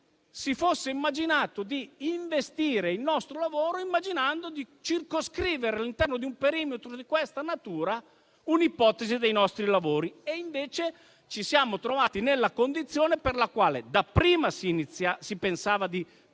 si fosse immaginato di investire il nostro lavoro circoscrivendo, all'interno di un perimetro di questa natura, una ipotesi dei nostri lavori. Invece, ci siamo trovati nella condizione per la quale dapprima si pensava di chiudere